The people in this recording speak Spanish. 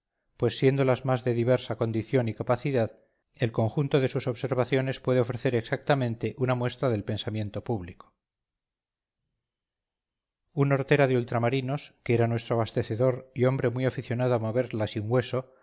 pues siendo las más de diversa condición y capacidad el conjunto de sus observaciones puede ofrecer exactamente una muestra del pensamiento público un hortera de ultramarinos que era nuestro abastecedor y hombre muy aficionado a mover la sin hueso